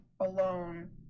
alone